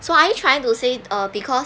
so are you trying to say uh because